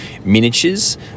miniatures